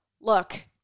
Look